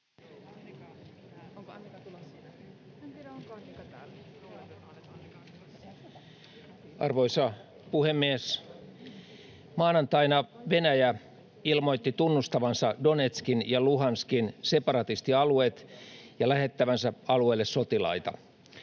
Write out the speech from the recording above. Arvoisa puhemies! Maanantaina Venäjä ilmoitti tunnustavansa Donetskin ja Luhanskin separatistialueet ja lähettävänsä alueelle sotilaita.